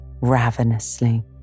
ravenously